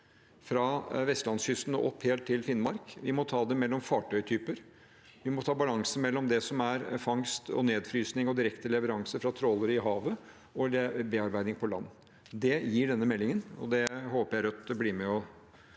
fra vestlandskysten og helt opp til Finnmark. Vi må også ta det mellom fartøytyper, vi må ta balansen mellom fangst og nedfrysing og direkte leveranser fra trålere på havet og bearbeiding på land. Det gir denne meldingen, og det håper jeg Rødt blir med på.